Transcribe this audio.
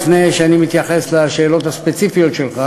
לפני שאני מתייחס לשאלות הספציפיות שלך,